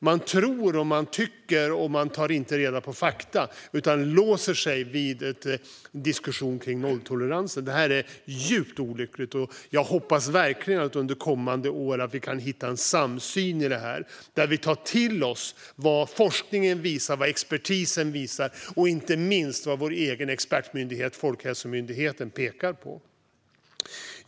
Man tror, tycker och tar inte reda på fakta, utan man låser sig i en diskussion om nolltolerans. Det är djupt olyckligt. Jag hoppas verkligen att vi under kommande år kan hitta en samsyn i detta och tar till oss vad forskningen och expertisen visar och inte minst vad vår egen expertmyndighet Folkhälsomyndigheten pekar på.